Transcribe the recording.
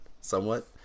somewhat